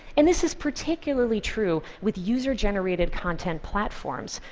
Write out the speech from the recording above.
and this is particularly true with user-generated content platforms,